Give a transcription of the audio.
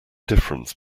difference